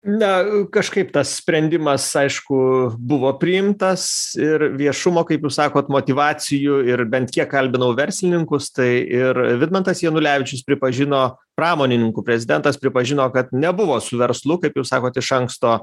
na kažkaip tas sprendimas aišku buvo priimtas ir viešumo jūs kaip sakot motyvacijų ir bent kiek kalbinau verslininkus tai ir vidmantas janulevičius pripažino pramonininkų prezidentas pripažino kad nebuvo su verslu kaip jūs sakot iš anksto